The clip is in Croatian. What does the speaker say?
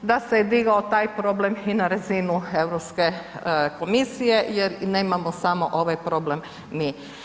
Da se je digao taj problem i na razinu EU komisije jer nemamo samo ovaj problem mi.